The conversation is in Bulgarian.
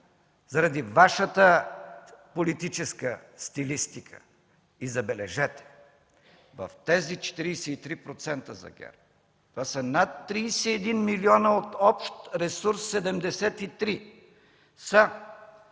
заради Вашата политическа стилистика. И, забележете, в тези 43% за ГЕРБ – това са над 31 милиона от общ ресурс 73, са: